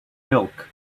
milk